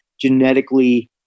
genetically